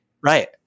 right